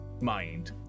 mind